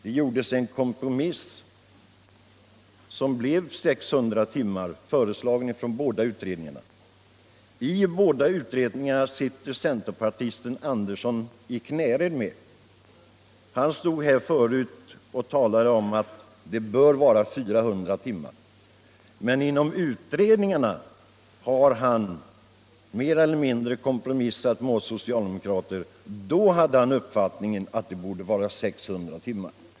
Det gjordes en kompromiss, som blev 600 timmar, och det föreslogs av båda utredningarna. I båda utredningarna sitter centerpartisten herr Andersson i Knäred med. Han stod här förut och talade om att antalet bör vara 400 timmar, men inom utredningarna har han mer eller mindre kompromissat med oss socialdemokrater. Då hade han uppfattningen att antalet borde vara 600 timmar.